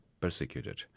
persecuted